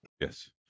Yes